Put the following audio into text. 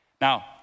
Now